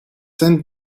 sent